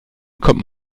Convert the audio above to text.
kommt